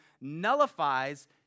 nullifies